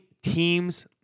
teams